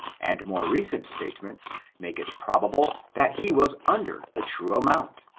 and more recent statements make it probable that he was under the true amount.